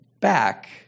back